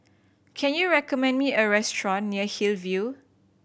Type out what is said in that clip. can you recommend me a restaurant near Hillview